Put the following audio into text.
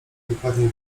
dokładnie